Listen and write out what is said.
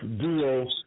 duo